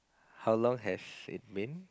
how long has it been